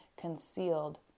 concealed